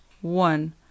one